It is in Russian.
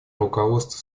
руководство